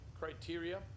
criteria